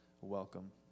welcome